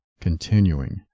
continuing